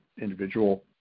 individual